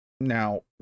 Now